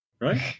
Right